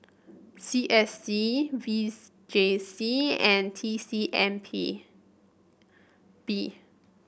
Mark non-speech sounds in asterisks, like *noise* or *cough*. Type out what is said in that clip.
C S C V *unintelligible* J C and T C M P B